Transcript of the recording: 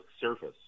surface